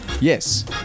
yes